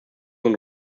und